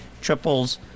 triples